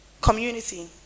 community